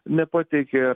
nepateikia ar